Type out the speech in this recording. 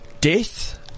death